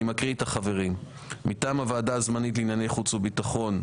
אני מקריא את החברים: מטעם הוועדה הזמנית לענייני חוץ וביטחון,